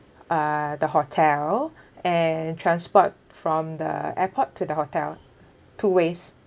uh the hotel and transport from the airport to the hotel two ways